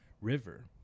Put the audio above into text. river